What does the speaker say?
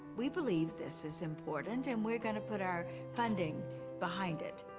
we believe this is important, and we're gonna put our funding behind it.